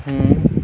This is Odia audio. ହୁଁ